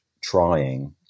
trying